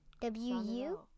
W-U